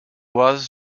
was